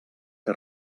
que